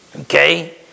Okay